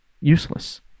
useless